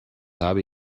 habe